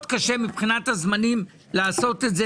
קשה מבחינת הזמנים לעשות את הדיון הזה.